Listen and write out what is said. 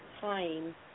time